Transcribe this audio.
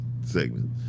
segment